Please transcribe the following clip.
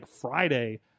Friday